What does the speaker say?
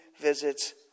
visits